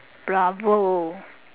bravo